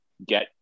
Get